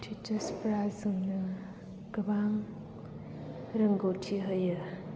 teachers फोरा जोंनो गोबां रोंगौथि होयो